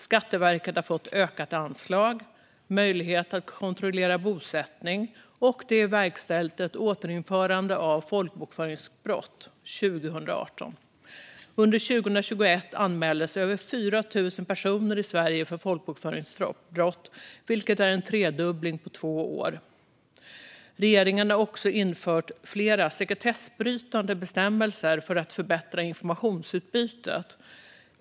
Skatteverket har fått ett ökat anslag och möjlighet att kontrollera bosättning, och 2018 återinfördes folkbokföringsbrottet. Under 2021 anmäldes över 4 000 personer i Sverige för folkbokföringsbrott, vilket är en tredubbling på två år. Regeringen har också infört flera sekretessbrytande bestämmelser för att förbättra informationsutbytet.